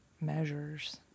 measures